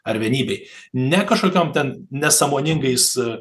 ar vienybei ne kažkokiom ten nesąmoningais